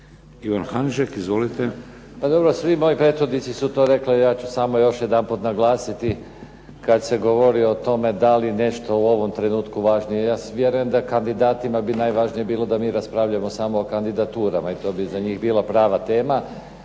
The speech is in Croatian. Ivan Hanžek. Izvolite.